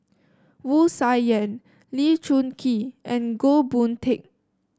Wu Tsai Yen Lee Choon Kee and Goh Boon Teck